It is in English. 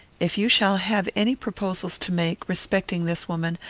if you shall have any proposals to make, respecting this woman,